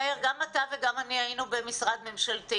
מאיר גם אתה וגם אני היינו במשרד ממשלתי